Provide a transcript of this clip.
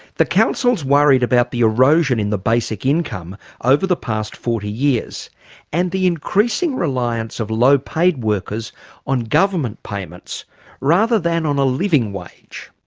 the council's worried about the erosion in the basic income over the past forty years and the increasing reliance of low paid workers on government payments rather than on a living wage.